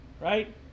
right